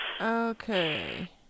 Okay